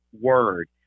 word